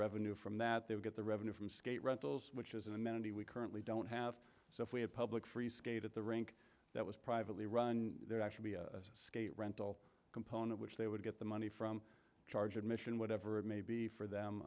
revenue from that they would get the revenue from skate rentals which is an amenity we currently don't have so if we had public free skate at the rink that was privately run there actually be a skate rental component which they would get the money from charge admission whatever it may be for them